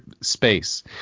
space